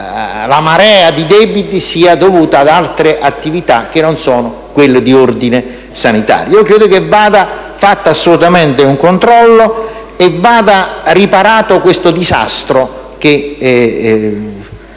di debiti sia dovuta ad altre attività, che non sono quelle di ordine sanitario. Va effettuato assolutamente un controllo e posto riparo a questo disastro, che